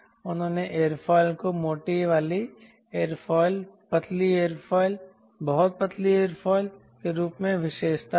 उन्होंने एयरोफिल को मोटी वाले एयरोफिल पतली एयरोफिल बहुत पतले एयरोफिल के रूप में विशेषता दी